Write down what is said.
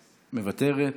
מוותרת,